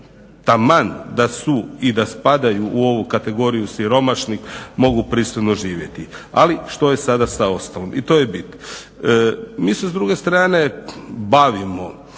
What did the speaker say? taman da su i da spadaju u ovu kategoriju siromašnih, mogu pristojno živjeti. Ali što je sada sa ostalim? I to je bit. Mi se s druge strane bavimo